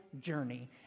journey